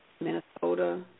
Minnesota